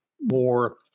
more